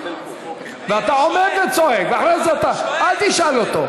ואתה עומד וצועק, ואחרי זה אתה, אני שואל,